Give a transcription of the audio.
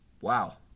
Wow